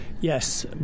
Yes